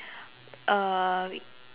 uh